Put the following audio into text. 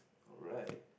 alright